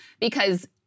because-